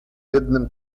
jednym